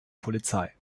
polizei